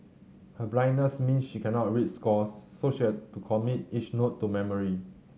her blindness means she cannot read scores so she has to commit each note to memory